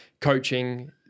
coaching